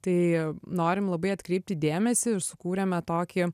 tai norim labai atkreipti dėmesį ir sukūrėme tokį